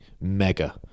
mega